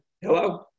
hello